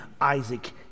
Isaac